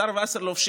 השר וסרלאוף,